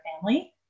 family